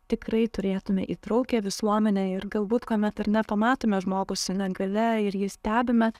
tikrai turėtume įtraukią visuomenę ir galbūt kuomet ar ne pamatome žmogų su negalia ir jį stebime